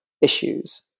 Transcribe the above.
issues